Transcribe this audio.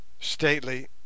stately